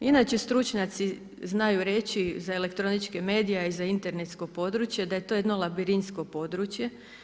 Inače stručnjaci znaju reći za elektroničke medije, a i za internetsko područje da je to jedno labirintsko područje.